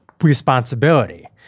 responsibility